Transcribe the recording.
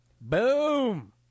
Boom